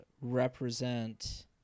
represent